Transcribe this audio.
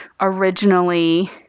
originally